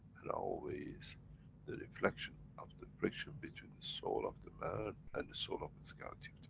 and always the reflection of the friction between the soul of the man and the soul of physicality